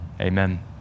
amen